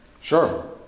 Sure